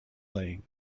laying